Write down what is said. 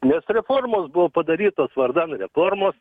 nes reformos buvo padarytos vardan reformos